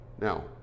Now